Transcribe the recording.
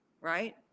right